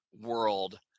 world